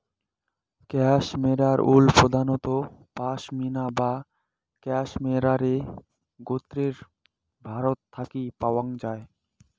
cashmere wool প্রধানত পসমিনা বা ক্যাশমেয়ারে গোত্রের ভ্যাড়াত থাকি পাওয়াং যাই